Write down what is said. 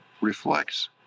reflects